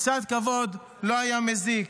אבל קצת כבוד לא היה מזיק.